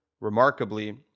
remarkably